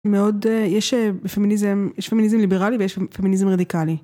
יש פמיניזם ליברלי ויש פמיניזם רדיקלי.